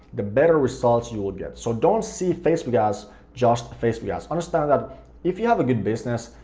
the better results you will get. so don't see facebook as just facebook ads, understand that if you have a good business,